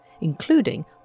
including